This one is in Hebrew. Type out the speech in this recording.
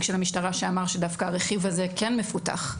המשטרה שאמר שדווקא הרכיב הזה כן מפותח.